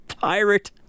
pirate